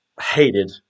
hated